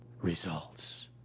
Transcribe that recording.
results